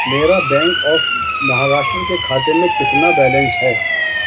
میرا bank of Maharashtra کے کھاتے میں کتنا بیلنس ہے